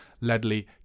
Ledley